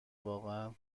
واقعا